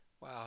Wow